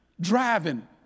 driving